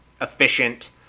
efficient